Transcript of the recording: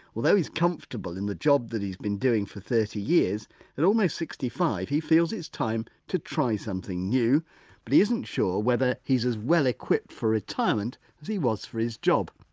although he's comfortable in the job that he's been doing for thirty years at almost sixty five he feels it's time to try something new but he isn't sure whether he's as well equipped for retirement as he was for his job.